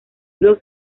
los